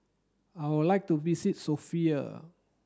I would like to visit Sofia